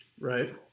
Right